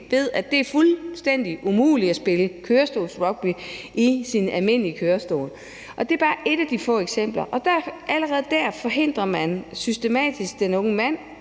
ved, at det er fuldstændig umuligt at spille kørestolsrugby i sin almindelige kørestol. Kl. 18:02 Allerede er forhindrer man systematisk den unge mand